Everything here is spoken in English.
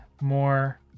more